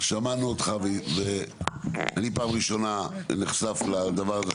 שמענו אותך, ואני פעם ראשונה נחשף לדבר הזה.